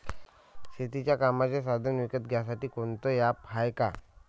शेतीच्या कामाचे साधनं विकत घ्यासाठी कोनतं ॲप हाये का?